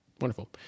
Wonderful